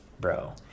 bro